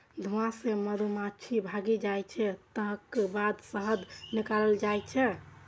धुआं सं मधुमाछी भागि जाइ छै, तकर बाद शहद निकालल जाइ छै